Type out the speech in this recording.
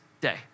day